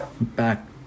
Back